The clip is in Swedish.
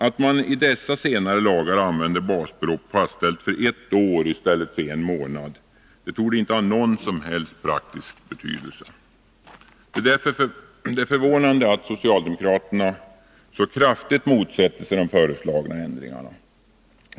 Att man i dessa senare lagar använder basbelopp som fastställs för ett år i stället för en månad torde inte ha någon som helst praktisk betydelse. Det är förvånande att socialdemokraterna så kraftigt motsätter sig de föreslagna ändringarna.